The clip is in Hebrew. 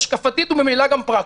השקפתית וממילא גם פרקטית.